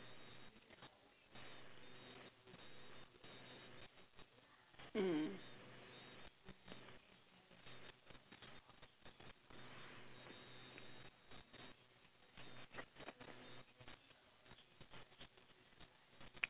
mm